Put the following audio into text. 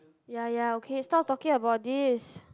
yea yea okay stop talking about this